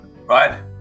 right